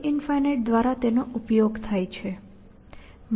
a∞ દ્વારા તેનો ઉપયોગ થાય છે